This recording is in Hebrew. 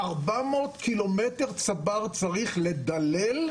400 קילומטרים של צבר צריך לדלל,